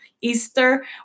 Easter